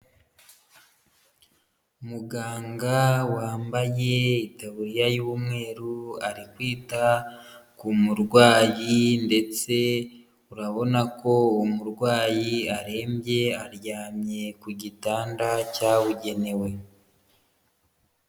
Muganga wambaye itaburiya y'umweru ari kwita ku murwayi ndetse urabona ko umurwayi arembye, aryamye ku gitanda cyabugenewe.